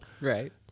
right